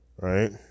Right